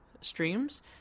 streams